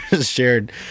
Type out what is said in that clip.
shared